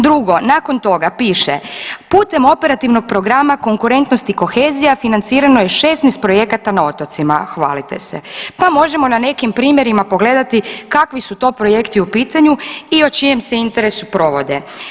Drugo, nakon toga piše putem Operativnog programa Konkurentnost i kohezija financirano je 16 projekata na otocima hvalite se, pa možemo na nekim primjerima pogledati kakvi su to projekti u pitanju i o čijem se interesu provode.